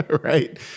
right